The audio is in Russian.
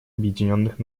объединенных